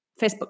Facebook